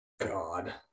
God